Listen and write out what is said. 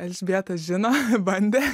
elžbieta žino bandė